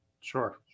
sure